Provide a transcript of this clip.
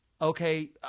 okay